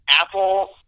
Apple